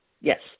Yes